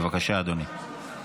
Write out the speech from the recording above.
בבקשה, אדוני.